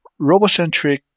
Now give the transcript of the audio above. RoboCentric